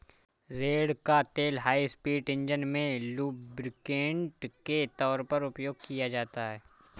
रेड़ का तेल high speed engine में लुब्रिकेंट के तौर पर उपयोग किया जाता है